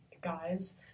guys